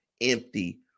empty